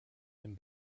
him